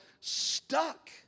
stuck